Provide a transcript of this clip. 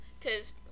cause